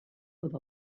with